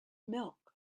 milk